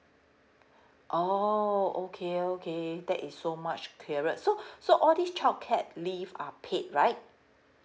oh okay okay that is so much clearer so so all these childcare leave are paid right